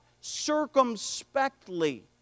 circumspectly